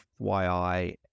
FYI